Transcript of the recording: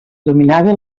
dominava